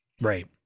right